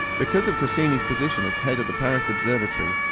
because of cassini's position as head of the paris observatory,